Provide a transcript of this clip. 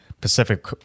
Pacific